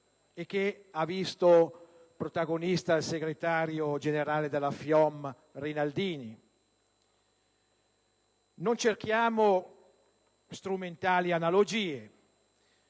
quale ha fatto le spese il segretario generale della FIOM Rinaldini. Non cerchiamo strumentali analogie,